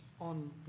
on